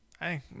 Hey